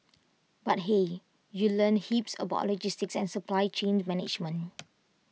but hey you learn heaps about logistics and supply chain management